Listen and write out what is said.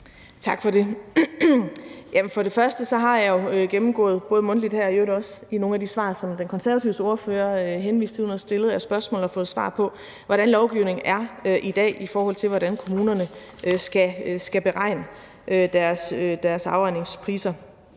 jeg sige, at jeg jo har gennemgået, både mundtligt her og i øvrigt også i nogle af de svar, som Konservatives ordfører henviste til at hun havde stillet af spørgsmål og fået svar på, hvordan lovgivningen er i dag, i forhold til hvordan kommunerne skal beregne deres afregningspriser,